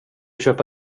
köpa